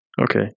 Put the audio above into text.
Okay